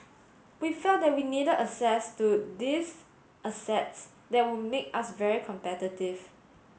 we felt that we needed access to these assets that would make us very competitive